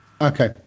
Okay